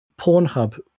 Pornhub